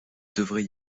devrait